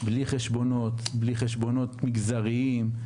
בלי חשבונות, בלי חשבונות מגזריים,